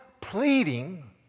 pleading